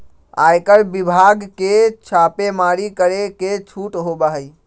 आयकर विभाग के छापेमारी करे के छूट होबा हई